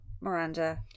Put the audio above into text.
Miranda